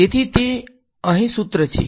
તેથી તે અહીં સુત્ર છે